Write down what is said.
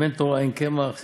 אם אין תורה אין קמח,